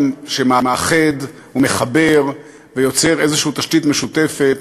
שמאחד ומחבר ויוצר איזושהי תשתית משותפת,